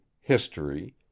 history